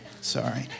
sorry